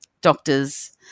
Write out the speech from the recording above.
doctors